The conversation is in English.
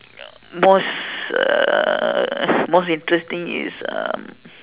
most uh most interesting is uh hmm